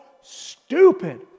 stupid